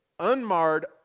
Unmarred